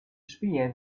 späher